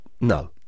No